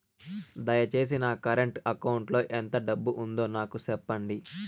దయచేసి నా current account లో ఎంత డబ్బు ఉందో నాకు సెప్పండి